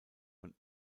von